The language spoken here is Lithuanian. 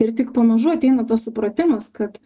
ir tik pamažu ateina tas supratimas kad